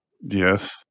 Yes